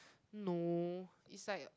no it's like